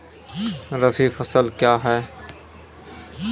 रबी फसल क्या हैं?